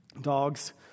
Dogs